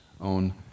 own